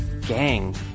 gang